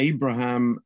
Abraham